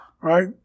right